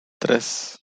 tres